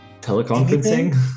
teleconferencing